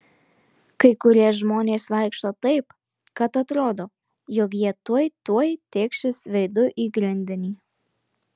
kai kurie žmonės vaikšto taip kad atrodo jog jie tuoj tuoj tėkšis veidu į grindinį